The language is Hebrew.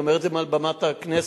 אני אומר את זה מעל במת הכנסת,